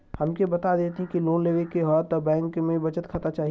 हमके बता देती की लोन लेवे के हव त बैंक में बचत खाता चाही?